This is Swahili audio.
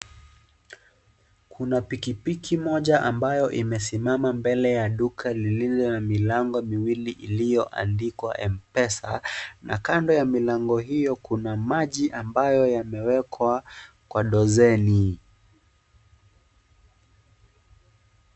Kuna pikipiki moja ambayo imesimama mbele ya duka lililo na milango miwili iliyoandikwa m pesa na kando ya milango hiyo kuna maji ambayo yamewekwa kwa dozeni.